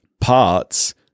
parts